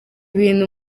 bintu